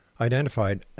identified